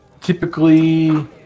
typically